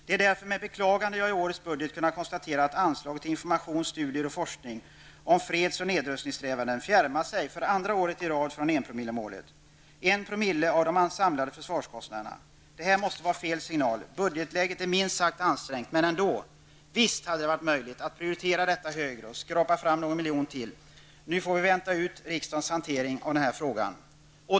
Den är därför med beklagande som jag i årets budget kunnat konstatera att anslaget till information, studier och forskning om freds och nedrustningssträvanden för andra året i rad fjärmar sig från enpromillesmålet -- en promille av de samlade försvarskostnaderna. Det här måste vara fel signal. Budgetläget är minst sagt ansträngt, men ändå. Visst hade det varit möjligt att prioritera detta högre och skrapa fram någon miljon till. Nu får vi vänta ut riksdagens hantering av den här frågan.